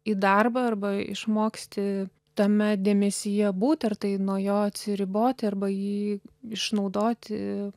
į darbą arba išmoksti tame dėmesyje būt ar tai nuo jo atsiriboti arba jį išnaudoti